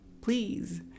please